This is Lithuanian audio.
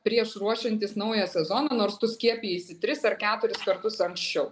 prieš ruošiantis naują sezoną nors tu skiepijaisi tris ar keturis kartus anksčiau